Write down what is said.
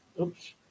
Oops